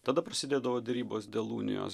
tada prasidėdavo derybos dėl unijos